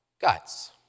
guts